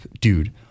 Dude